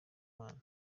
mana